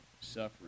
suffering